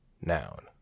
noun